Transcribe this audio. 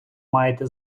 маєте